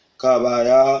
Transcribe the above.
kabaya